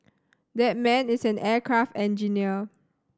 that man is an aircraft engineer